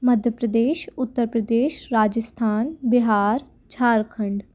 Madhya Pradesh Uttar Pradesh Rajasthan Bihar Jharkhand